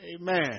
Amen